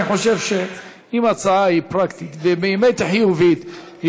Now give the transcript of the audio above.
אני חושב שאם הצעה היא פרקטית ובאמת היא חיובית,